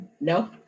no